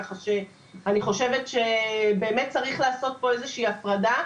ככה שאני חושבת שצריך לעשות פה הפרדה.